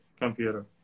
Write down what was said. computer